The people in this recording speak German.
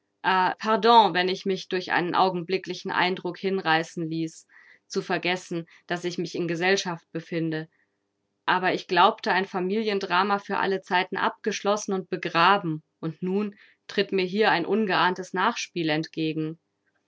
pardon wenn ich mich durch einen augenblicklichen eindruck hinreißen ließ zu vergessen daß ich mich in gesellschaft befinde aber ich glaubte ein familiendrama für alle zeiten abgeschlossen und begraben und nun tritt mir hier ein ungeahntes nachspiel entgegen